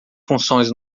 funções